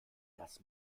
das